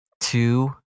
Two